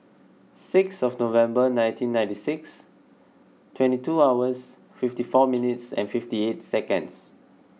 sixth of November nineteen ninety six twenty two hours fifty four minutes and fifty eight seconds